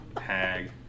hag